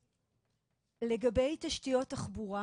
לגבי תשתיות תחבורה